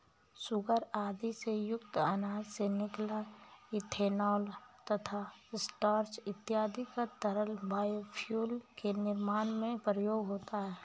sugar आदि से युक्त अनाज से निकला इथेनॉल तथा स्टार्च इत्यादि का तरल बायोफ्यूल के निर्माण में प्रयोग होता है